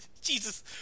Jesus